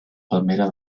palmera